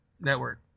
network